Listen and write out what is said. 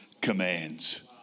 commands